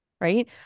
Right